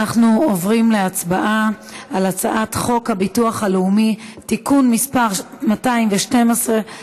אנחנו עוברים להצבעה על הצעת חוק הביטוח הלאומי (תיקון מס' 212),